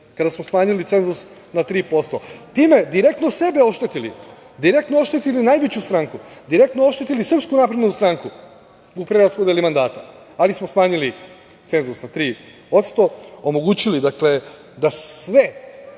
kada smo smanjili cenzus na 3%. Time smo direktno sebe oštetili, direktno oštetili najveću stranku, direktno oštetili SNS u preraspodeli mandata, ali smo smanjili cenzus na 3%, omogućili da sve